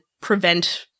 prevent